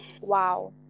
Wow